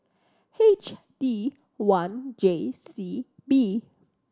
H D one J C B